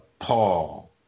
Paul